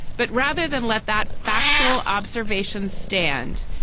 but rather than let that factual observation stand.